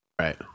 Right